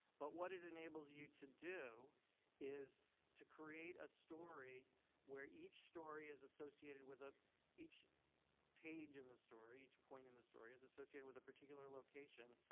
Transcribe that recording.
but what it enables you to do is to create a story where each story is associated with. ah each page in the story, each point in the story, is associated with a particular location,